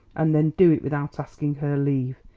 and then do it without asking her leave.